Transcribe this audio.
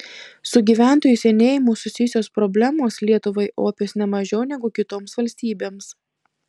su gyventojų senėjimu susijusios problemos lietuvai opios ne mažiau negu kitoms valstybėms